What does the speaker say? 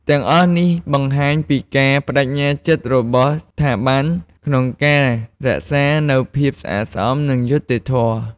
ទាំងអស់នេះបង្ហាញពីការប្តេជ្ញាចិត្តរបស់ស្ថាប័នក្នុងការរក្សានូវភាពស្អាតស្អំ និងយុត្តិធម៌។